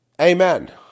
amen